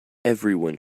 everyone